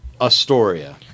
Astoria